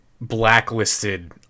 blacklisted